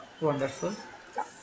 Wonderful